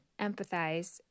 empathize